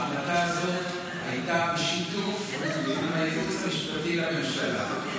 ההחלטה הזאת הייתה בשיתוף עם הייעוץ המשפטי לממשלה.